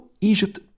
Egypt